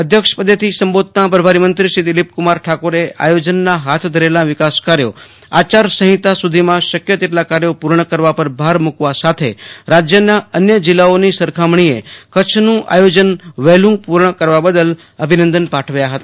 અધ્યક્ષપદેથી સંબોધતા પ્રભારીમંત્રીશ્રી દિલીપકુમાર ઠાકોરે આયોજનના હાથ ધરેલા વિકાસકાર્યો આચાર સંહિતા સુધીમાં શક્ય તેટલા કાર્યો પૂર્ણ કરવા પર ભાર મૂકવા સાથે રાજ્યના અન્ય જિલ્લાઓની સરખામણીએ કચ્છનું આયોજન વહેલું પૂર્ણ કરવા બદલ અભિનંદન પાઠવ્યા હતા